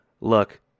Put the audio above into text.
Look